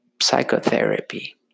psychotherapy